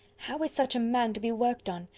how is such a man to be worked on?